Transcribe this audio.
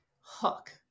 hook